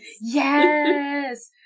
Yes